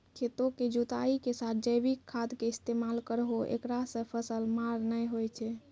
खेतों के जुताई के साथ जैविक खाद के इस्तेमाल करहो ऐकरा से फसल मार नैय होय छै?